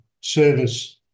service